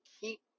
keep